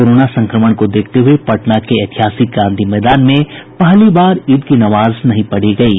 corona संक्रमण को देखते हये पटना के ऐतिहासिक गांधी मैदान में पहली बार ईद की नमाज नहीं पढ़ी गयी